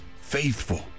faithful